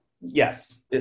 yes